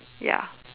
ya